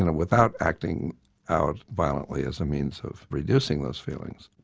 and without acting out violently as a means of reducing those feelings.